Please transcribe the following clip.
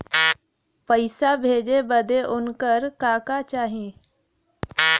पैसा भेजे बदे उनकर का का चाही?